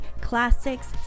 classics